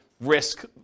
risk